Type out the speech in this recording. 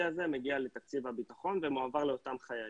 הזה מגיע לתקציב הביטחון ומועבר לאותם חיילים.